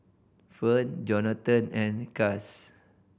Fern Jonathan and Chas